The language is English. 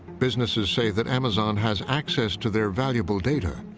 businesses say that amazon has access to their valuable data,